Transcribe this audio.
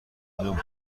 اینو